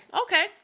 Okay